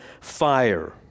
fire